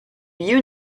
you